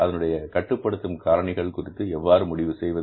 அதனுடைய கட்டுப்படுத்தும் காரணிகள் குறித்து எவ்வாறு முடிவு செய்வது